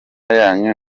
yanyu